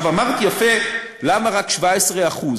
אמרת יפה: למה רק 17%?